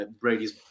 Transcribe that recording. Brady's